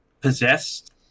possessed